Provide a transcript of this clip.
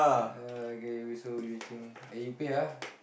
ya okay so we reaching eh you pay ah